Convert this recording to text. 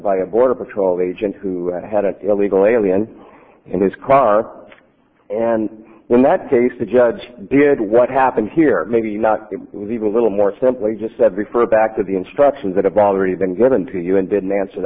by a border patrol agent who had an illegal alien in his car and in that case the judge did what happened here maybe not even a little more simply just said the further back to the instructions that have already been given to you and didn't answer